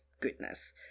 goodness